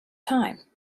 time